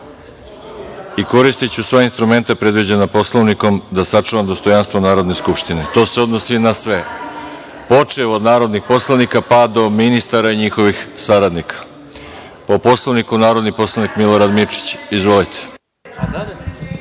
i koristiću sve instrumente predviđene Poslovnikom da sačuvam dostojanstvo Narodne skupštine. To se odnosi na sve, počev od narodnih poslanika, pa do ministara i njihovih saradnika. Po Poslovniku, narodni poslanik Milorad Mirčić. Izvolite.